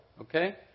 Okay